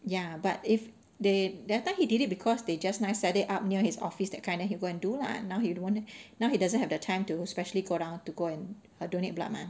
ya but if they that time he did it because they just nice set it up near his office that kind then he go and do lah now he'd don't want now he doesn't have the time to specially go down to go and donate blood mah